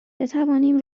بتوانیم